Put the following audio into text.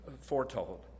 foretold